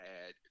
add